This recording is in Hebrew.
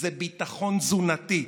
זה ביטחון תזונתי,